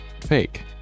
fake